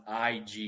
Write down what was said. IG